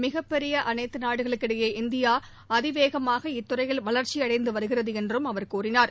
மிகப்பெரிய அனைத்து நாடுகளிடையே இந்தியா அதி வேகமாக இத்துறையில் வளர்ச்சி அடைந்து வருகிறது என்றும் அவர் கூறினார்